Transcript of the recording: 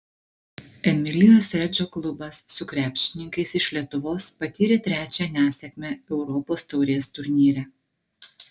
emilijos redžo klubas su krepšininkais iš lietuvos patyrė trečią nesėkmę europos taurės turnyre